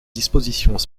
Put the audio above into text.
dispositions